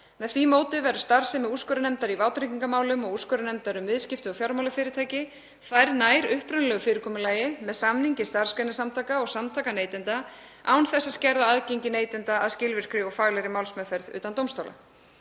Með því móti verður starfsemi úrskurðarnefndar í vátryggingamálum og úrskurðarnefndar um viðskipti við fjármálafyrirtæki færð nær upprunalegu fyrirkomulagi með samningi starfsgreinasamtaka og samtaka neytenda án þess að skerða aðgengi neytenda að skilvirkri og faglegri málsmeðferð utan dómstóla.